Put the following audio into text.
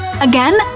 Again